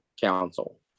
council